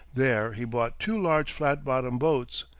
there he bought two large flat-bottomed boats,